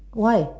why